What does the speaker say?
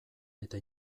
eta